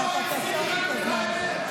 אבל אתה תעצור לי את הזמן.